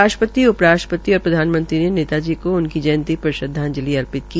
राष्ट्रपति उप राष्ट्रपति और प्रधानमंत्री ने नेताजी को उनकी जयंती पर श्रद्वाजंलि अर्पित की